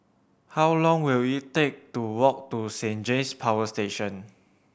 how long will it take to walk to Saint James Power Station